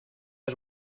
has